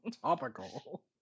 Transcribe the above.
Topical